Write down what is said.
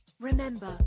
Remember